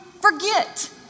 forget